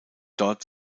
dort